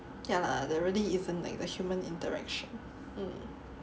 ya lah there really isn't like the human interaction